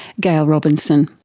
gail robinson.